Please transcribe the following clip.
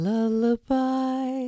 Lullaby